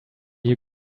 you